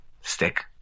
Stick